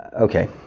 okay